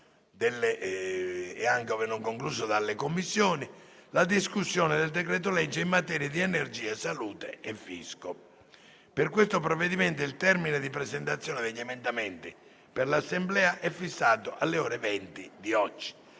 e, anche ove non concluso dalle Commissioni, la discussione del decreto-legge in materia di energia, salute e fisco. Per questo provvedimento il termine di presentazione degli emendamenti per l'Assemblea è fissato alle ore 20 di oggi.